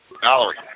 Valerie